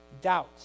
doubt